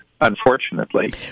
unfortunately